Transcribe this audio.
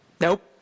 nope